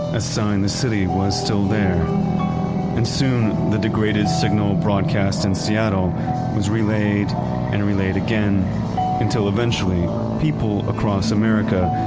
a sign the city was still there and soon the degraded signal broadcast in seattle was relayed and relayed again until eventually people across america,